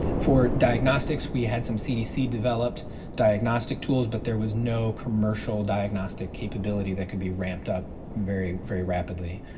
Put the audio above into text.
for diagnostics we had some cdc developed diagnostic tools, but there was no commercial diagnostic capability that could be ramped up very very rapidly.